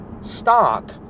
stock